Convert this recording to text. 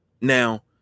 Now